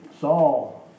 Saul